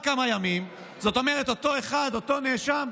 זאת אומרת אותו אחד, אותו נאשם,